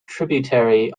tributary